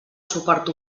suport